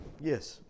yes